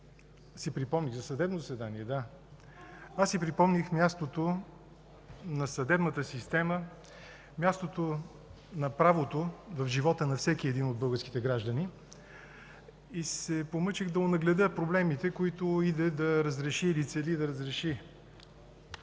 от ГЕРБ.) За съдебно заседание, да. ... аз си припомних мястото на съдебната система, мястото на правото в живота на всеки един от българските граждани и се помъчих да онагледя проблемите, които цели да разреши